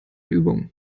übung